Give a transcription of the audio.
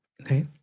Okay